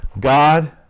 God